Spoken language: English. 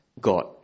God